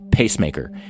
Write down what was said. pacemaker